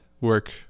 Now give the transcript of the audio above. work